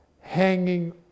hanging